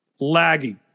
laggy